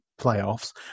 playoffs